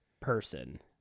person